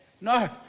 No